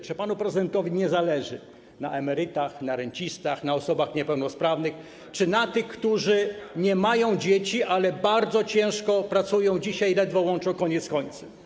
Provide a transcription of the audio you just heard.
Czy panu prezydentowi nie zależy na emerytach, na rencistach, na osobach niepełnosprawnych czy na tych, które nie mają dzieci, ale bardzo ciężko dzisiaj pracują i ledwo wiążą koniec z końcem?